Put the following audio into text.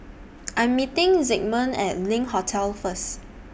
I Am meeting Zigmund At LINK Hotel First